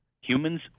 Humans